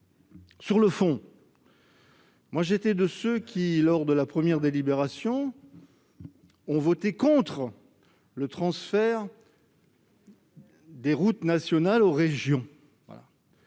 Sur le fond, j'étais de ceux qui, lors de la première délibération, ont voté contre le transfert à titre expérimental des routes nationales aux régions.